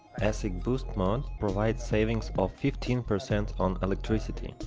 asicboost mode provides savings of fifteen percent on electricity. and